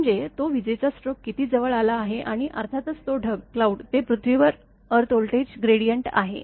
म्हणजे तो विजेचा स्ट्रोक किती जवळ आला आहे आणि अर्थातच तो ढग ते पृथ्वी व्होल्टेज ग्रेडिएंट आहे